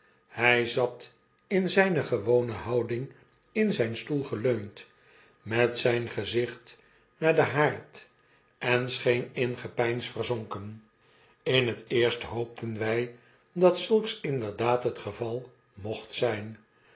hjj zat in zijne gewone houding in zyn stoel geleund met zyn gezicht naar den haard en scheen in gepeins verzonken in het eerst hoopten wij dat zulks inderdaadhet geval mocht zyn